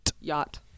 Yacht